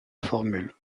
formule